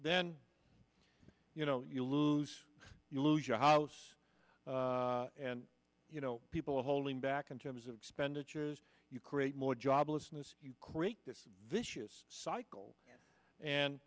then you know you lose you lose your house and you know people are holding back in terms of expenditure you create more joblessness you create this vicious cycle and